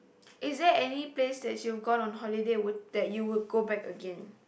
is there any place that you've gone on holiday would that you would go back again